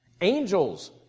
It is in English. Angels